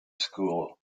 school